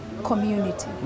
community